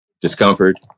discomfort